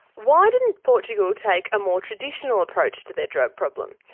why didn't portugal take a more traditional approach to their drug problem?